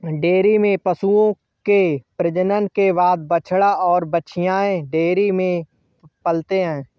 dairy में पशुओं के प्रजनन के बाद बछड़ा और बाछियाँ डेयरी में पलते हैं